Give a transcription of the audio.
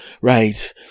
Right